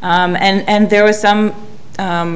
fact and there was some